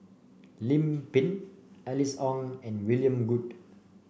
Lim Pin Alice Ong and William Goode